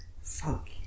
fuck